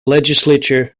legislature